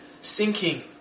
sinking